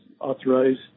authorized